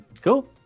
Cool